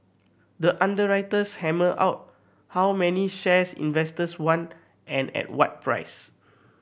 the underwriters hammer out how many shares investors want and at what price